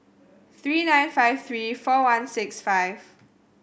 three nine five three four one six five